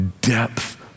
depth